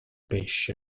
pesce